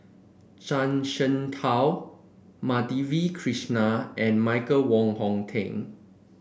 Zhuang Shengtao Madhavi Krishnan and Michael Wong Hong Teng